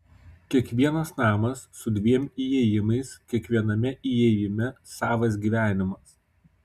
kiekvienas namas su dviem įėjimais kiekviename įėjime savas gyvenimas